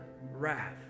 wrath